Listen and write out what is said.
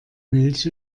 milch